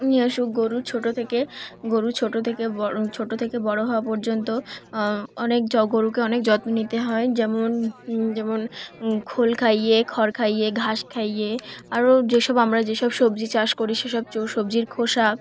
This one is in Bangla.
নিয়ে আসুক গরুর ছোটো থেকে গরু ছোটো থেকে ব ছোটো থেকে বড়ো হওয়া পর্যন্ত অনেক গরুকে অনেক যত্ন নিতে হয় যেমন যেমন খোল খাইয়ে খড় খাইয়ে ঘাস খাইয়ে আরও যেসব আমরা যেসব সবজি চাষ করি সেসব সবজির খোসা